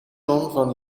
van